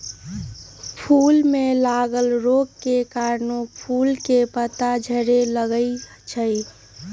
फूल में लागल रोग के कारणे फूल के पात झरे लगैए छइ